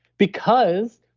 because,